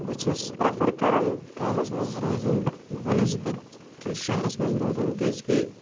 بہٕ چھُس پرَیٚفَر کرَان گامَس منٛز روزُن بَنَٮ۪سبَت کہِ شہرَس منٛز روزُن کیٛازِکہِ